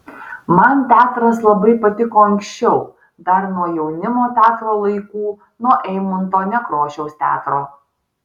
man teatras labai patiko anksčiau dar nuo jaunimo teatro laikų nuo eimunto nekrošiaus teatro